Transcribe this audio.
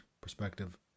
perspective